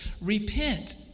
Repent